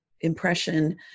impression